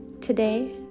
Today